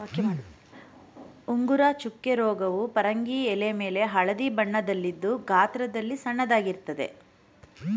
ಉಂಗುರ ಚುಕ್ಕೆ ರೋಗವು ಪರಂಗಿ ಎಲೆಮೇಲೆ ಹಳದಿ ಬಣ್ಣದಲ್ಲಿದ್ದು ಗಾತ್ರದಲ್ಲಿ ಸಣ್ಣದಾಗಿರ್ತದೆ